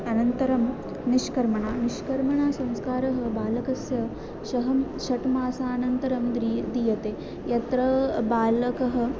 अनन्तरं निष्कर्मण निष्कर्मणसंस्कारः बालकस्य षट् षट् मासानन्तरं द्री दीयते यत्र बालकः